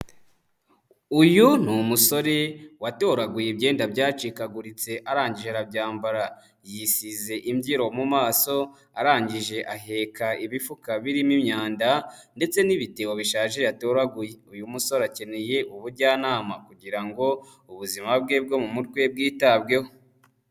Uyu ni umusore watoraguye ibyenda byacikaguritse arangije arabyambara. Yisize imbyiro mu maso, arangije aheka ibifuka birimo imyanda ndetse n'ibitebo bishaje yatoraguye. Uyu musore akeneye ubujyanama kugira ngo ubuzima bwe bwo mu mutwe bwitabweho.